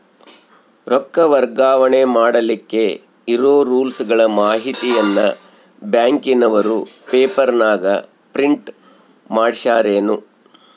ರೊಕ್ಕ ವರ್ಗಾವಣೆ ಮಾಡಿಲಿಕ್ಕೆ ಇರೋ ರೂಲ್ಸುಗಳ ಮಾಹಿತಿಯನ್ನ ಬ್ಯಾಂಕಿನವರು ಪೇಪರನಾಗ ಪ್ರಿಂಟ್ ಮಾಡಿಸ್ಯಾರೇನು?